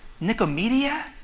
Nicomedia